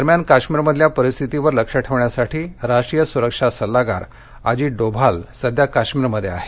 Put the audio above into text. दरम्यान काश्मीरमधल्या परिस्थितीवर लक्ष ठेवण्यासाठी राष्ट्रीय सुरक्षा सल्लागार अजित डोभाल सध्या काश्मीरमध्ये आहेत